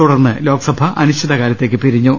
തുടർന്ന് ലോക്സഭ അനിശ്ചിത കാലത്തേക്ക് പിരിഞ്ഞു